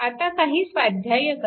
आता काही स्वाध्याय करा